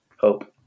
hope